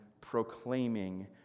proclaiming